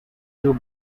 two